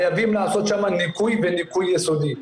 חייבים לעשות שם ניקוי וניקוי יסודי.